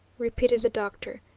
repeated the doctor.